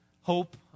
hope